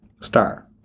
Star